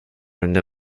under